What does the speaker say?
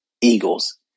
Eagles